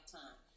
time